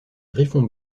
griffon